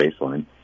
baseline